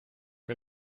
mir